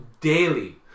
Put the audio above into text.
daily